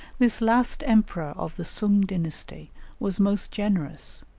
this last emperor of the soong dynasty was most generous,